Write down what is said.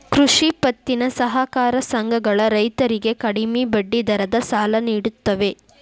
ಕೃಷಿ ಪತ್ತಿನ ಸಹಕಾರ ಸಂಘಗಳ ರೈತರಿಗೆ ಕಡಿಮೆ ಬಡ್ಡಿ ದರದ ಸಾಲ ನಿಡುತ್ತವೆ